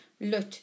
look